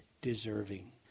deserving